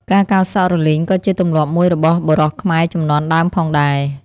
ការកោរសក់រលីងក៏ជាទម្លាប់មួយរបស់បុរសខ្មែរជំនាន់ដើមផងដែរ។